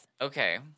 Okay